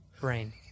Brain